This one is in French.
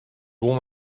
bon